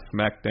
SmackDown